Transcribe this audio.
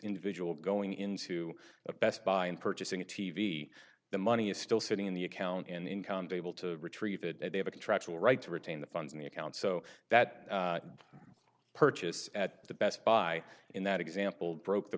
individual going into a best buy and purchasing a t v the money is still sitting in the account in income be able to retrieve it and they have a contractual right to retain the funds in the account so that purchase at the best buy in that example broke the